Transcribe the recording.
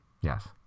Yes